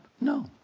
No